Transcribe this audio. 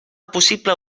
possible